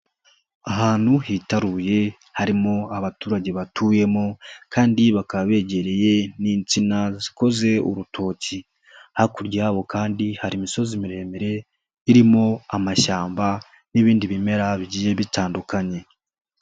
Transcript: Ahantu hitaruye harimo abaturage batuyemo kandi bakaba begereye n'insina zikoze urutoki. Hakurya yabo kandi hari imisozi miremire, irimo amashyamba n'ibindi bimera bigiye bitandukanye.